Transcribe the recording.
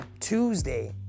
Tuesday